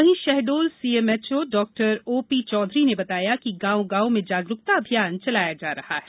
वहीं शहडोल सीएमएचओ डॉ O P Chaudhary ने बताया कि गांव गांव में जागरूकता अभियान चलाया जा रहा है